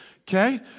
okay